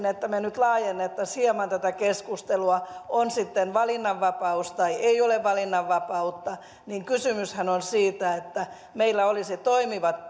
että me nyt laajentaisimme hieman tätä keskustelua on sitten valinnanvapaus tai ei ole valinnanvapautta niin kysymyshän on siitä että meillä olisi toimivat